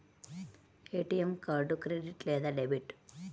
ATM card credit లేదా debit?